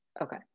Okay